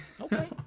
Okay